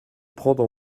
prendre